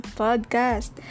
podcast